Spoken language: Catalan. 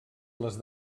les